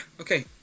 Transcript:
okay